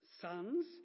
sons